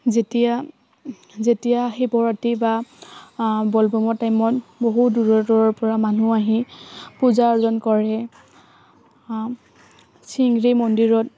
যেতিয়া যেতিয়া শিৱৰাত্ৰি বা ব'লব'মৰ টাইমত বহু দূৰৰ দূৰৰপৰা মানুহ আহি পূজা অৰ্চনা কৰে চিংৰি মন্দিৰত